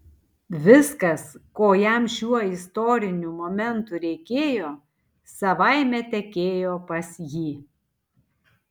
viskas ko jam šiuo istoriniu momentu reikėjo savaime tekėjo pas jį